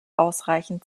ausreichend